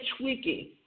tweaking